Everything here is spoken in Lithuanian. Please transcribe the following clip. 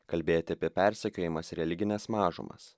kalbėti apie persekiojamas religines mažumas